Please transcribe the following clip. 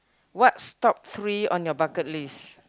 what's top three on your bucket list